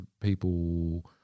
people